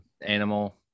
animal